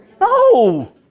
No